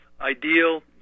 ideal